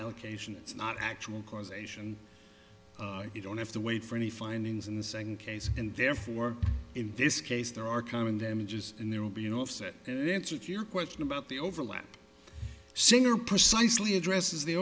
allocation it's not actual causation you don't have to wait for any findings in the second case and therefore in this case there are coming damages and there will be an offset and then trick your question about the overlap singer precisely addresses the